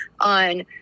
on